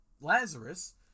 lazarus